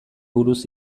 buruz